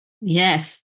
Yes